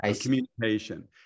communication